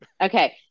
Okay